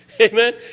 Amen